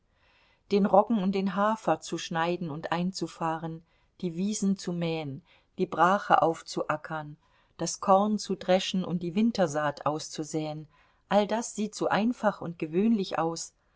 den roggen und den hafer zu schneiden und einzufahren die wiesen zu mähen die brache aufzuackern das korn zu dreschen und die wintersaat auszusäen all das sieht so einfach und gewöhnlich aus